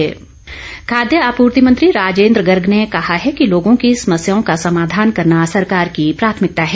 राजेन्द्र गर्ग खाद्य आपूर्ति मंत्री राजेन्द्र गर्ग ने कहा है कि लोगों की समस्याओं का समाधान करना सरकार की प्राथमिकता है